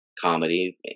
Comedy